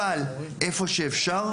אבל איפה שאפשר,